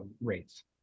rates